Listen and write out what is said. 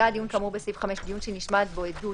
היה הדיון כאמור בסעיף 5 דיון שנשמעת עדות